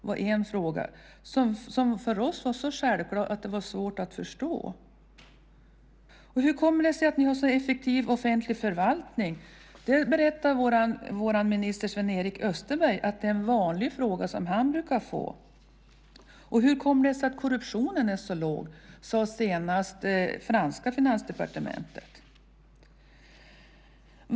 var en fråga som för oss var så självklar att den först var svår att förstå. "Hur kommer det sig att ni har en så här effektiv offentlig förvaltning?" Det brukar vara en vanlig fråga som vår minister på området Sven-Erik Österberg får. "Och hur kommer det sig att korruptionen är liten?" frågade senast det franska finansdepartementet.